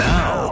Now